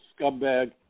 scumbag